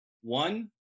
one